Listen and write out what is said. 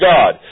God